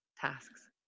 tasks